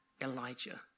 Elijah